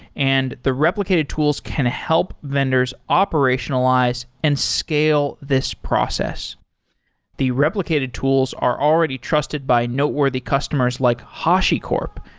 and the replicated tools can help vendors operationalize and scale this process the replicated tools are already trusted by noteworthy customers like hashicorp,